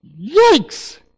Yikes